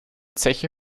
zeche